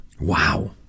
Wow